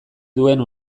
duen